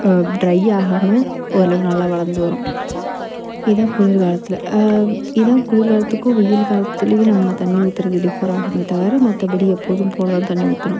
try ஆகாமல் ஓரளவு நல்லா வளர்ந்து வரும் இதான் குளிர்காலத்தில் இதான் குளிர்காலத்துக்கும் வெயில் காலத்துலேயும் நம்ம தண்ணி ஊற்றுறது டிஃபர் ஆகும் தவிர மற்றபடி எப்போதும் போல் தான் தண்ணி ஊற்றணும்